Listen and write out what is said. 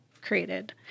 created